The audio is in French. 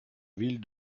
ville